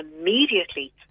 immediately